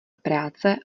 práce